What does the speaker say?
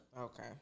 Okay